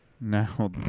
Now